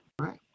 Right